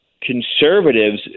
conservatives